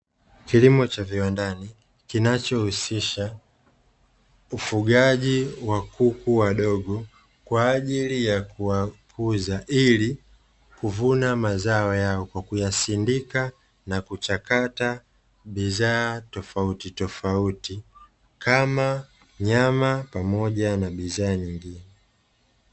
Kilimo cha viwandani kinachohusisha ufugaji wa kuku wadogo kwa ajili ya kuwakuza, ili kuvuna mazao yao kwa kuyasindika na kuchakata bidhaa tofautitofauti kama nyama pamoja na bidhaa nyingine.